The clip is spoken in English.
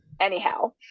anyhow